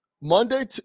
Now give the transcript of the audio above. Monday